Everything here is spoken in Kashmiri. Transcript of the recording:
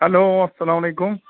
ہیٚلو اسلام علیکُم